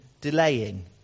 delaying